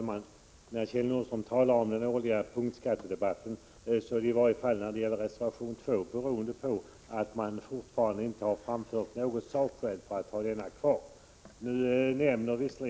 Herr talman! Kjell Nordström talade om den årliga punktskattedebatten. I varje fall när det gäller reservation 2 beror frågans återkomst på att man fortfarande inte har framfört något sakskäl för att ha kvar punktskatten i fråga.